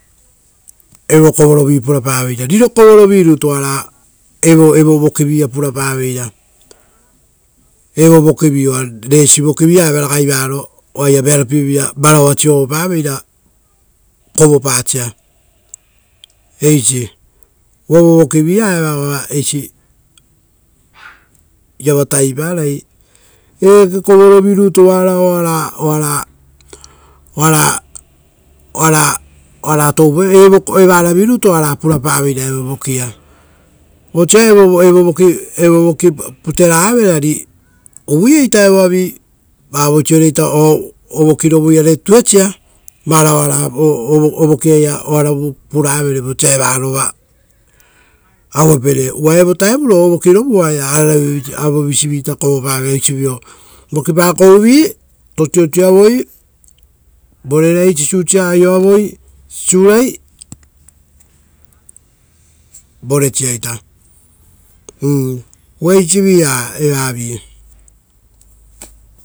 Evokovorovi riro kovorovi rutu, oara evo voki-ia purapaveira, evo vokivi uva resii voki vii-ia eva ragai varoo oaia vearopievira varaua siovopaveira kovopasia eisi, uva vovoki via eva oaiava taviparai. eake kovorovi rutu oara evara virutu oara purapaveira evovoki-ia. Vosa evovoki puteragavere, ari, uvuieita evoavi, vavoisio ovoki rovui-are tuesia varao oaraia evo kovoro purave, vosia evovoki putevere. Uva evo vutaro oaraia ararave visive kovopavere oisio vokipakouvi tosiosi-iavoi, vorerai sisiusia, aioavoi voresia ita. Uva eisi vi-ia.